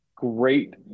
Great